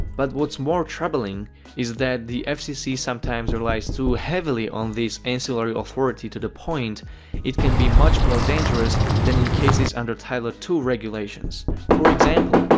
but what's more troubling is that the fcc sometimes relies too heavily on this ancillary authority to the point it can be much more dangerous than in cases under title ah ii regulations. for example,